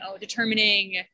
determining